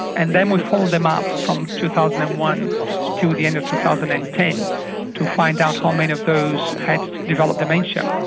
and then we followed them up from two thousand and one to the end of two thousand and ten to find out how many of those had developed dementia,